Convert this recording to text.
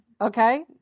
Okay